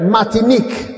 Martinique